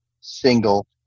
single